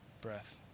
breath